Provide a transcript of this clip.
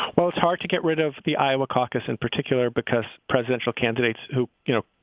well, it's hard to get rid of the iowa caucus in particular, because presidential candidates who, you know,